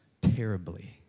terribly